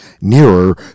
nearer